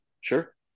Sure